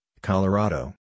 Colorado